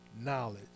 knowledge